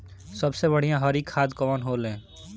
सबसे बढ़िया हरी खाद कवन होले?